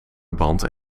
band